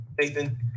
Nathan